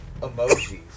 emojis